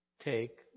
take